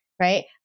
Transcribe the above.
Right